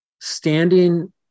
standing